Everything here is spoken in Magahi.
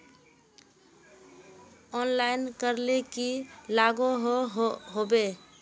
ऑनलाइन करले की लागोहो होबे?